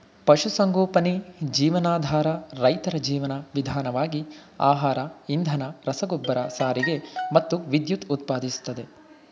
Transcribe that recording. ಪಶುಸಂಗೋಪನೆ ಜೀವನಾಧಾರ ರೈತರ ಜೀವನ ವಿಧಾನವಾಗಿ ಆಹಾರ ಇಂಧನ ರಸಗೊಬ್ಬರ ಸಾರಿಗೆ ಮತ್ತು ವಿದ್ಯುತ್ ಉತ್ಪಾದಿಸ್ತದೆ